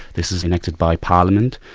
this is enacted by parliament,